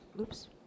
oops